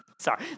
sorry